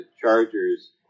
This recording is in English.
Chargers